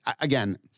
again